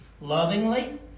Lovingly